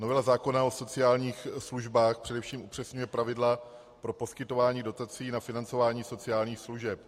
Novela zákona o sociálních službách především upřesňuje pravidla pro poskytování dotací na financování sociálních služeb.